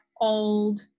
old